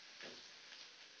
सरकार लोन दे हबै तो ले हो?